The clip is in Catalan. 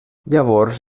llavors